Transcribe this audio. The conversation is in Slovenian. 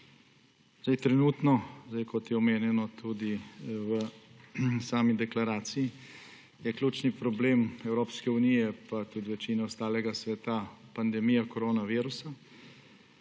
unijo. Trenutno, kot je omenjeno tudi v deklaraciji, je ključni problem Evropske unije, pa tudi večine ostalega sveta, pandemija koronavirusa.